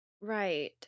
Right